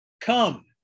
Come